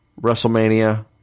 WrestleMania